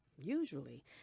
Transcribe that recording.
Usually